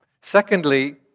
Secondly